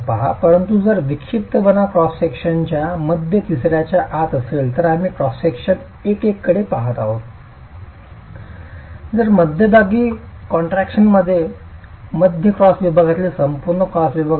म्हणून जर विक्षिप्तपणा क्रॉस सेक्शनच्या मध्य तिसर्याच्या आत असेल तर आम्ही सेक्शन 1 1 कडे पहात आहोत जर मध्यभागी कॉन्ट्रॅक्शनमध्ये मध्य क्रॉस विभागातील संपूर्ण क्रॉस विभाग असतील